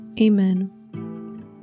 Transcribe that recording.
amen